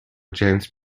james